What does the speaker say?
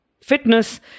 fitness